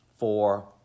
four